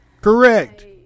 Correct